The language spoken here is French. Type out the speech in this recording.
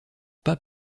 pas